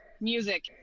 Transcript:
music